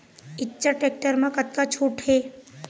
Eicher tractor म कतका छूट हे?